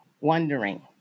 wondering